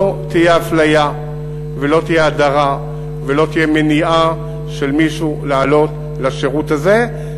לא תהיה אפליה ולא תהיה הדרה ולא תהיה מניעה של מישהו לעלות לשירות הזה.